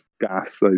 gas